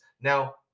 Now